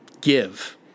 give